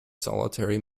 solitary